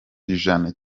ijana